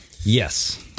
yes